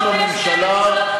כשר בממשלה,